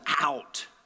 out